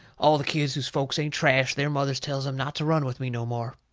all the kids whose folks ain't trash, their mothers tells em not to run with me no more.